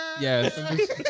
Yes